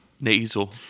Nasal